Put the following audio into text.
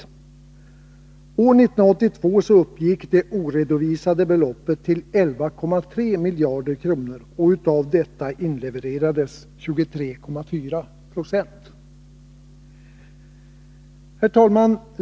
År 1982 uppgick det oredovisade beloppet till 11,3 miljarder kronor, och av detta inlevererades 23,4 9o. Herr talman!